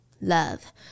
Love